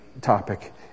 topic